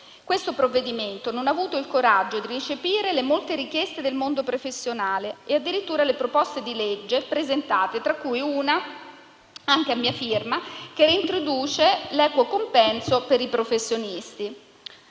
Questo provvedimento non ha avuto il coraggio di recepire le molte richieste del mondo professionale, e addirittura le proposte di legge presentate, tra cui una anche a mia firma, che reintroduce l'equo compenso per i professionisti.